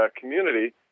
community